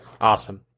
Awesome